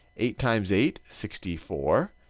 eight times eight, sixty four.